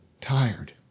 tired